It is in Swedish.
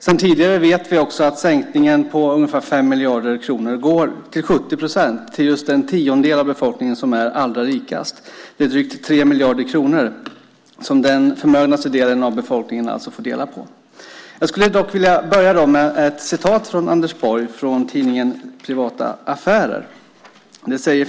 Sedan tidigare vet vi att sänkningen på ungefär 5 miljarder till 70 procent går till just den tiondel av befolkningen som är allra rikast. Det är alltså drygt 3 miljarder kronor som den del av befolkningen som är mest förmögen får dela på. Jag skulle dock vilja inleda med ett citat från Anders Borg från tidningen Privata Affärer.